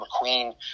McQueen